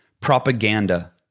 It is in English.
propaganda